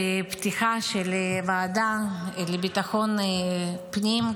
בפתיחה של הוועדה לביטחון פנים,